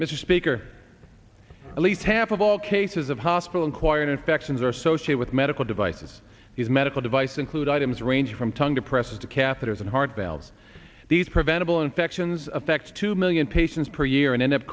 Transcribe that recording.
mr speaker at least half of all cases of hospital acquired infections are socially with medical devices these medical device include items range from tongue depressors to catheters and heart valves these preventable infections affects two million patients per year and end up